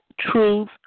truth